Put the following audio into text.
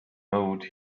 mood